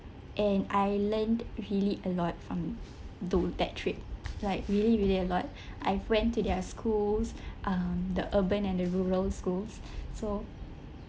and I learned really a lot from do that trip like really really a lot I've went to their schools um the urban and the rural schools so